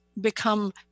become